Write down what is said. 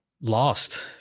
lost